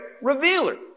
revealer